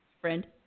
friend